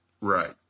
Right